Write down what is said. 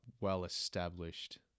well-established